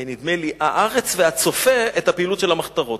נדמה לי "הארץ" ו"הצופה" את הפעילות של המחתרות.